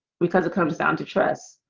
because it comes down to trust